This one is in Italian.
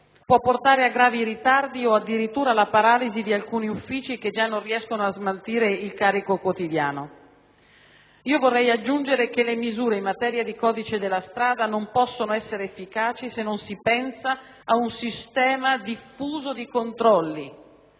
può portare a gravi ritardi o addirittura alla paralisi di alcuni uffici che già non riescono a smaltire il carico quotidiano. Io vorrei aggiungere che le misure in materia di codice della strada non possono essere efficaci se non si pensa ad un sistema diffuso di controlli,